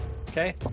Okay